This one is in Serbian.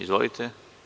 Izvolite.